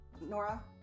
Nora